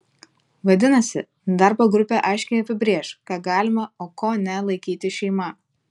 vadinasi darbo grupė aiškiai apibrėš ką galima o ko ne laikyti šeima